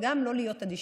וגם לא להיות אדישים,